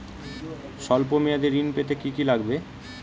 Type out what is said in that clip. সল্প মেয়াদী ঋণ পেতে কি কি লাগবে?